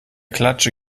klatsche